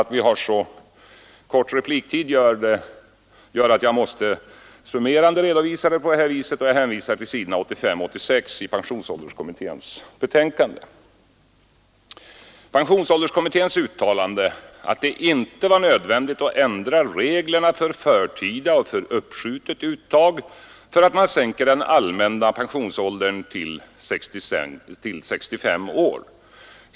— Att vi har så kort repliktid här gör att jag måste bara helt kort och summerande redovisa detta, men jag hänvisar till s. 85 och 86 i pensionsålderskommitténs betänkande. Pensionsålderskommittén uttalade att det inte är nödvändigt att ändra reglerna för förtida och uppskjutet uttag på grund av att man sänker den allmänna pensionsåldern till 65 år.